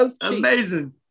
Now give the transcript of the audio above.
Amazing